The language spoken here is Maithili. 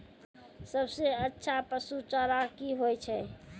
सबसे अच्छा पसु चारा की होय छै?